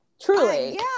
truly